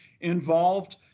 involved